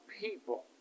people